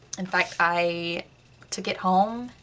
in fact, i took it home,